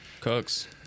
Cooks